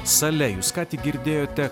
sale jūs ką tik girdėjote